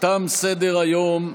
תם סדר-היום.